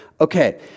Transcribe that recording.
okay